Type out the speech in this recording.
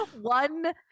one